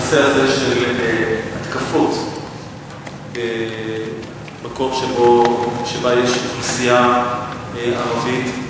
הנושא הזה של התקפות במקום שבו יש אוכלוסייה ערבית,